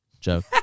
joke